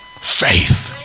faith